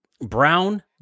Brown